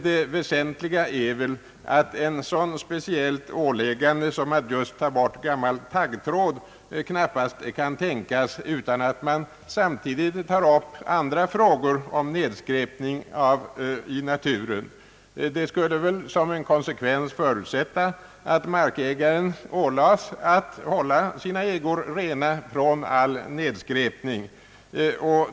Det väsentliga är att ett så speciellt åläggande som att ta bort gammal taggtråd knappast kan tänkas utan att man samtidigt tar upp andra frågor om nedskräpning i naturen. Detta skulle väl som en konsekvens förutsätta att markägare ålades att hålla sina ägor rena från all nedskräpning.